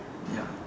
ya